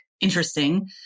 interesting